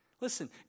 Listen